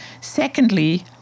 Secondly